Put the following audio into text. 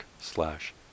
slash